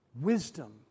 wisdom